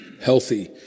healthy